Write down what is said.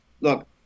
look